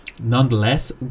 nonetheless